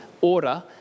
order